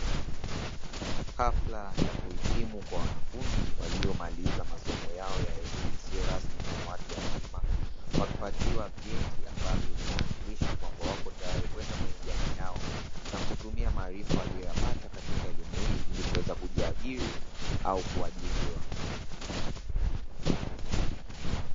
Hafla ya kuhitimu kwa wanafunzi waliomaliza masomo yao ya elimu isiyo rasmi na ya watu wazima, wakipatiwa vyeti ambavyo vinawakilisha kwamba wapo tayari kwenda kwenye jamii yao. Na kutumia maarifa waliyoyapata katika elimu hii ili kujiajiri au kuajiriwa.